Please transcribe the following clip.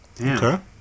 Okay